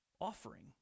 offering